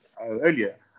earlier